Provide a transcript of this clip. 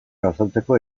azaltzeko